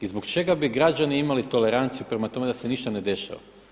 I zbog čega bi građani imali toleranciju prema tome da se ništa ne dešava?